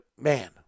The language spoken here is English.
man